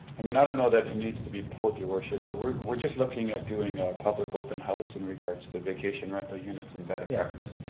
i mean i don't know that it needs to be pulled your worship, but we're we're just looking at doing a public open house in regards to vacation rental units and but breakfast.